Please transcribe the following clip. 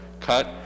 cut